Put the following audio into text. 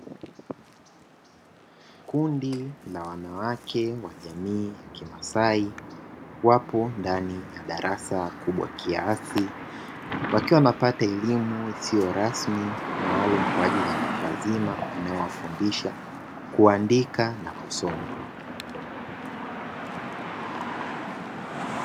Kundi la wanawake wa jamii ya kimasai wapo ndani ya darasa kubwa kiasi, wakiwa wanapata elimu isiyo rasmi maalumu kwa ajili ya watu wazima. Inawafundisha kuandika na kusoma.